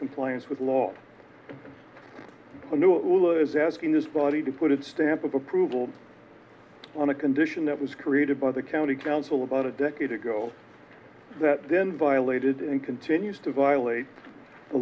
compliance with law newell is asking this body to put its stamp of approval on a condition that was created by the county council about a decade ago that then violated and continues to violate the